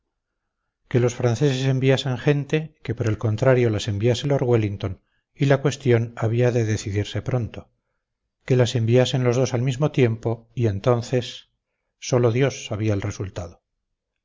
que los franceses enviasen gente que por el contrario las enviase lord wellington y la cuestión había de decidirse pronto que la enviasen los dos al mismo tiempo y entonces sólo dios sabía el resultado